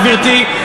גברתי,